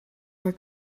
more